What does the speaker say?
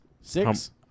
Six